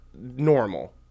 normal